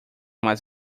mais